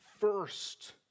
first